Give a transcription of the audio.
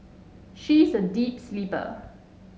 she is a deep sleeper